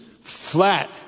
flat